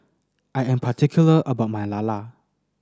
I am particular about my Lala